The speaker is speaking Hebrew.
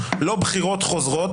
לא בחירות חוזרות,